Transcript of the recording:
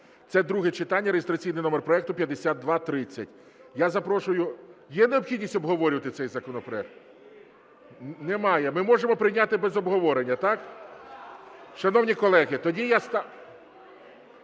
це друге читання, (реєстраційний номер проекту 5230). Я запрошую… Є необхідність обговорювати цей законопроект? Немає. Ми можемо прийняти без обговорення, так? Шановні колеги, тоді я…